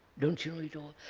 don't you know it all?